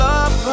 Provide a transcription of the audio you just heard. Love